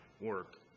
work